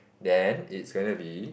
then it's gonna be